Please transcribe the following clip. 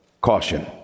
caution